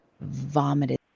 vomited